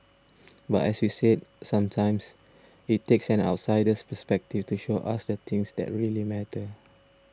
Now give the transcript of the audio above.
but as we said sometimes it takes an outsider's perspective to show us the things that really matter